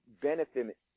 benefit